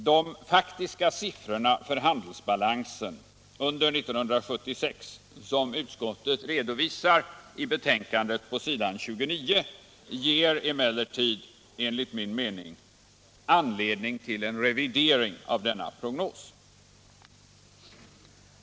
De faktiska sifforna för handelsbalansen under 1976, som utskottet redovisar på s. 29 i sitt betänkande, ger emellertid enligt min mening anledning till en revidering av denna prognos.